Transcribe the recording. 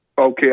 okay